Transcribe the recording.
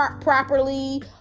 properly